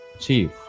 chief